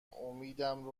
امیدم